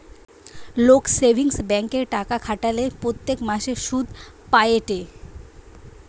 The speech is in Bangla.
লোক সেভিংস ব্যাঙ্কে টাকা খাটালে প্রত্যেক মাসে সুধ পায়েটে